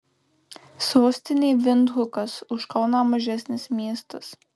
sostinė vindhukas už kauną mažesnis miestas